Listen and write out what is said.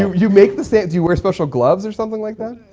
you, you make the sand. do you wear special gloves or something like that?